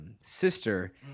Sister